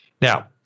Now